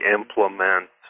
implement